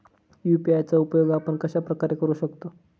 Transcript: UPI चा उपयोग आपण कशाप्रकारे करु शकतो?